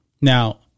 Now